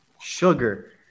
Sugar